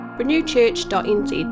renewchurch.nz